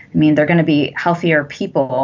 i mean they're gonna be healthier people